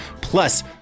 plus